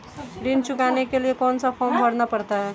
ऋण चुकाने के लिए कौन सा फॉर्म भरना पड़ता है?